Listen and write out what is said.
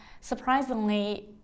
surprisingly